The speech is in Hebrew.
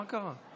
מה קרה?